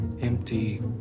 empty